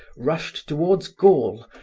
rushed toward gaul,